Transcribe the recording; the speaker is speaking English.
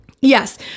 Yes